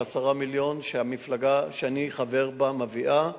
10 מיליון שהמפלגה שאני חבר בה מביאה,